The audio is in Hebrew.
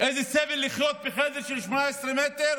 איזה סבל לחיות בחדר של 18 מטר,